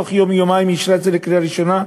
ובתוך יום-יומיים היא אישרה את זה לקריאה ראשונה.